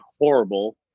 horrible